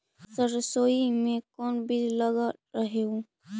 सरसोई मे कोन बीज लग रहेउ?